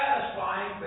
satisfying